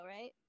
right